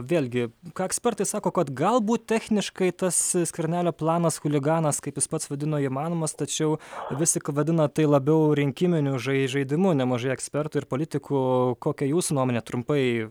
vėlgi ką ekspertai sako kad galbūt techniškai tas skvernelio planas chuliganas kaip jis pats vadino įmanomas tačiau vistik vadina tai labiau rinkiminiu žai žaidimu nemažai ekspertų ir politikų kokia jūsų nuomonė trumpai